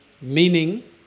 Meaning